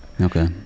okay